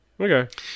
Okay